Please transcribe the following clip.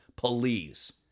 police